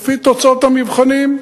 לפי תוצאות המבחנים,